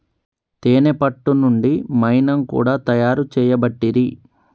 తేనే పట్టు నుండి మైనం కూడా తయారు చేయబట్టిరి